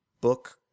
book